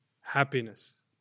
happiness